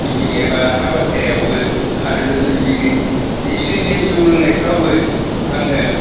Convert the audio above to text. meeting एबा हाबा खेराइयावबो आरो लोगोदिगि जे एसे एनै जौ लोंनायफ्रावबो आङो